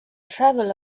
travel